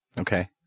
Okay